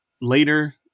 later